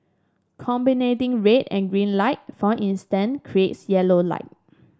combining red and green light for instance creates yellow light